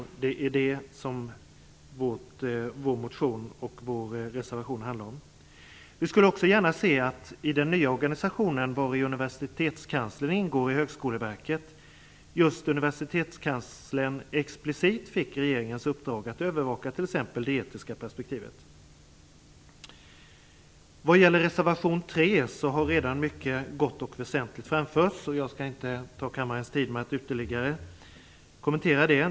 Det är detta som vår motion och vår reservation handlar om. Vi skulle också gärna se att i den nya organisationen, Högskoleverket, vari Universitetskanslern ingår just Universitetskanslern explicit fick regeringens uppdrag att övervaka t.ex. det etiska perspektivet. Vad gäller reservation 3 har redan mycket gott och väsentligt framförts. Jag skall inte uppta kammarens tid med att ytterligare kommentera denna.